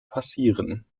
passieren